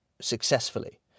successfully